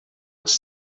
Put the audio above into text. els